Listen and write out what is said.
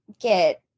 get